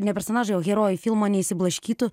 ne personažai o herojai filmo neišsiblaškytų